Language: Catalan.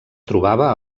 trobava